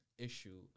Issue